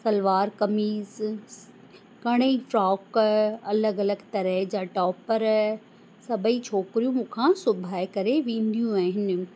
सलवार कमीज घणेई फ्रॉक अलॻि अलॻि तरह जा टॉपर सभेई छोकिरियूं मूंखां सिबाए करे वेंदियूं आहिनि